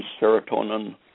serotonin